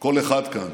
שכל אחד כאן